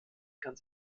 ganz